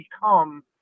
become